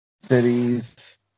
cities